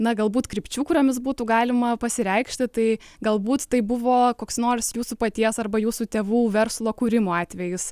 na galbūt krypčių kuriomis būtų galima pasireikšti tai galbūt tai buvo koks nors jūsų paties arba jūsų tėvų verslo kūrimo atvejis